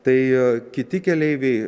tai kiti keleiviai